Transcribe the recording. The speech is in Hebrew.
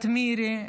את מירי,